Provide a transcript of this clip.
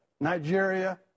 Nigeria